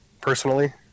personally